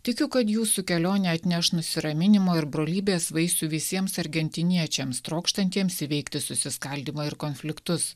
tikiu kad jūsų kelionė atneš nusiraminimo ir brolybės vaisių visiems argentiniečiams trokštantiems įveikti susiskaldymą ir konfliktus